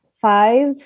Five